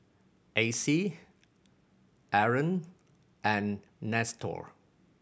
Acy Aron and Nestor